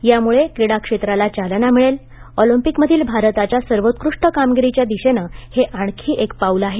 यामुळे क्रिडा क्षेत्राला चालना मिळेल आणि ऑलिम्पिकमधील भारताच्या सर्वोत्कृष्ट कामगिरीच्या दिशेने हे आणखी एक पाऊल आहे